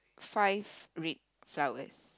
five red flowers